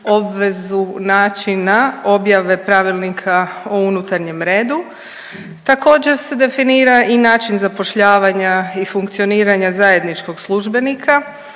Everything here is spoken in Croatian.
obvezu načina objave pravilnika o unutarnjem redu. Također se definira i način zapošljavanja i funkcioniranja zajedničkog službenika